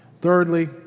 Thirdly